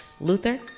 Luther